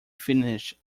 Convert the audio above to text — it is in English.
finish